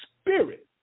spirit